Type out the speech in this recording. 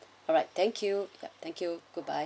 alright thank you thank you goodbye